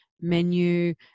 menu